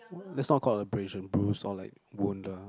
that's not called abrasion bruise or like wound uh